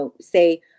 say